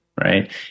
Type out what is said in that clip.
right